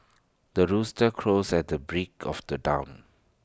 the rooster crows at the break of the dawn